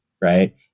right